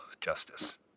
justice